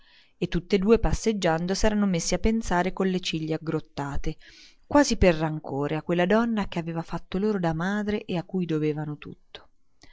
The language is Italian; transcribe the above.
e tutti e due passeggiando s'erano messi a pensare con le ciglia aggrottate quasi per rancore a quella donna che aveva fatto loro da madre e a cui dovevano tutto